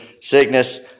sickness